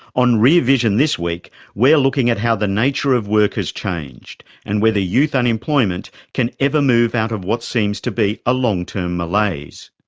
on rear vision this week we're looking at how the nature of work has changed and whether youth unemployment can ever move out of what seems to be a long-term malaise.